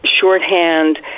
shorthand